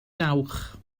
dawch